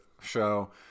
show